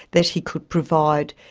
that he could provide.